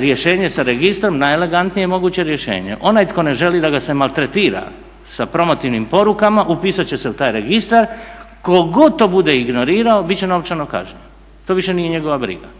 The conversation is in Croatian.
rješenje sa registrom je najelegantnije moguće rješenje. onaj tko ne želi da ga se maltretira sa promotivnim porukama upisat će u taj registar, tko god to bude ignorirao bit će novčano kažnjen, to nije više njegova briga